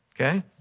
okay